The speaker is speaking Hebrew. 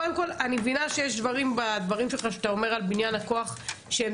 קודם כל אני מבינה שיש דברים בדברים שלך שאתה אומר על בנין הכוח שהם